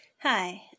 Hi